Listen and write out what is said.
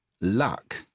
luck